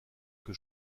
que